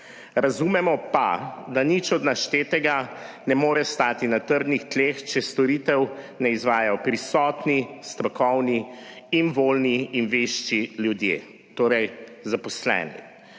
Razumemo pa, da nič od naštetega ne more stati na trdnih tleh, če storitev ne izvajajo prisotni, strokovni in voljni in vešči ljudje, torej zaposleni.